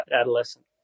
adolescent